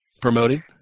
promoting